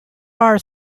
are